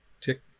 Tick